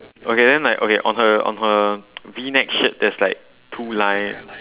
okay then like okay on her on her V neck shirt there's like two line